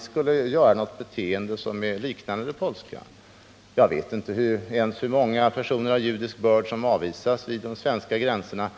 — skulle vårt beteende vara likt det polska. Jag vet inte ens hur många personer av judisk börd som avvisas vid de svenska gränserna.